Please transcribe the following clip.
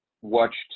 watched